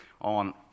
on